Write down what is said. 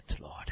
Lord